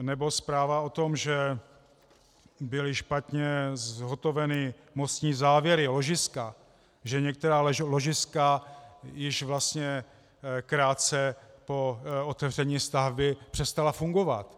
Nebo zpráva o tom, že byly špatně zhotoveny mostní závěry, ložiska, že některá ložiska již vlastně krátce po otevření stavby přestala fungovat.